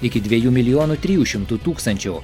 iki dviejų milijonų trijų šimtų tūkstančių